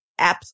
apps